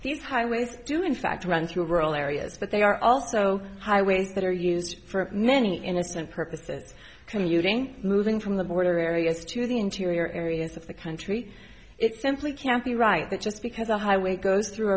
these highways do in fact run through rural areas but they are also highways that are used for many innocent purposes commuting moving from the border areas to the interior areas of the country it simply can't be right that just because a highway goes through